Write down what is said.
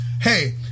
hey